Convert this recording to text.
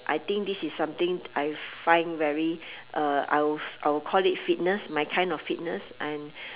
I think this is something I find very uh I will I will call it fitness my kind of fitness and